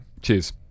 Cheers